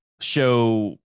show